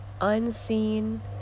unseen